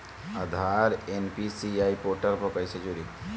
आधार NPCI portal पर कईसे जोड़ी?